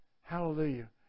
Hallelujah